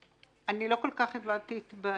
כך הבנתי את הבעיה,